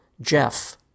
jeff